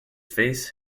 face